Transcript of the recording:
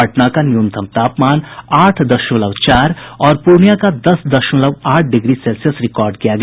पटना का न्यूनतम तापमान आठ दशमलव चार और प्रर्णियां का दस दशमलव आठ डिग्री सेल्सियस रिकार्ड किया गया